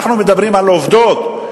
אנחנו מדברים על עובדות,